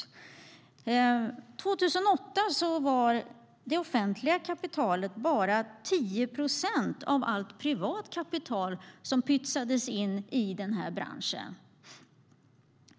År 2008 var det offentliga kapitalet bara 10 procent av allt privat kapital som pytsades in i branschen.